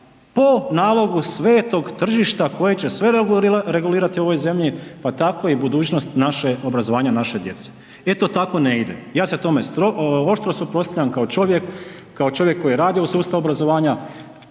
po nalogu svetog tržišta koje će sve regulirati u ovoj zemlji, pa tako i budućnost obrazovanja naše djece. E to tako ne ide, ja se tome oštro suprotstavljam kao čovjek, kao čovjek koji je radio u sustavu obrazovanja,